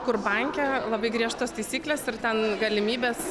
kur banke labai griežtos taisyklės ir ten galimybės